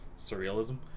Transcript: surrealism